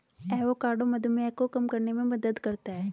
avocado मधुमेह को कम करने में मदद करता है